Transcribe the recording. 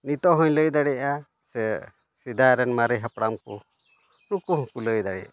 ᱱᱤᱛᱚᱜ ᱦᱚᱧ ᱞᱟᱹᱭ ᱫᱟᱲᱮᱭᱟᱜᱼᱟ ᱥᱮ ᱥᱮᱫᱟᱭ ᱨᱮᱱ ᱢᱟᱨᱮ ᱦᱟᱯᱲᱟᱢ ᱠᱚ ᱱᱩᱠᱩ ᱦᱚᱸ ᱠᱚ ᱞᱟᱹᱭ ᱫᱟᱲᱮᱭᱟᱜᱼᱟ